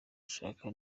ashaka